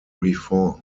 reform